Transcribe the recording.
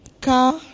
Car